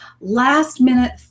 last-minute